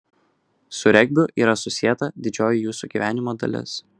su regbiu yra susieta didžioji jūsų gyvenimo dalis